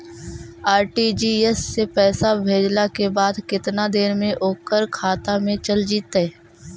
RTGS से पैसा भेजला के बाद केतना देर मे ओकर खाता मे चल जितै?